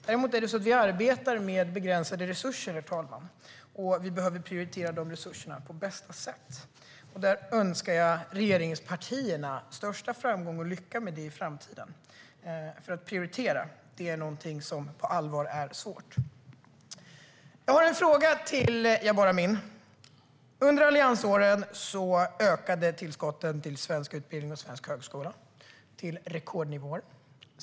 Däremot arbetar vi med begränsade resurser, och vi behöver prioritera de resurserna på bästa sätt. Jag önskar regeringspartierna största framgång och lycka med det i framtiden. Att prioritera är något som på allvar är svårt. Jag har en fråga till Jabar Amin. Under alliansåren ökade tillskotten till svensk utbildning och svensk högskola till rekordnivåer.